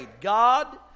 God